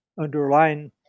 underlying